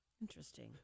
Interesting